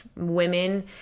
women